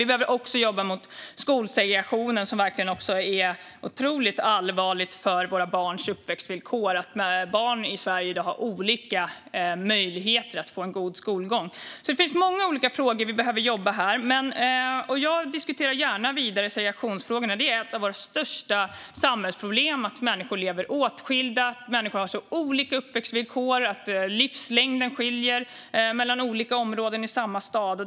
Vi behöver också jobba mot skolsegregationen. Det är otroligt allvarligt när det handlar om våra barns uppväxtvillkor. Barn i Sverige i dag har olika möjligheter att få en god skolgång. Det finns alltså många olika frågor som vi behöver jobba med här. Jag diskuterar gärna segregationsfrågorna vidare. Ett av våra största samhällsproblem är att människor lever åtskilda, att människor har olika uppväxtvillkor och att livslängden skiljer mellan olika områden i samma stad.